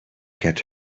get